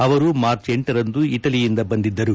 ಅವರು ಮಾರ್ಚ್ ಲರಂದು ಇಟಲಿಯಿಂದ ಬಂದಿದ್ದರು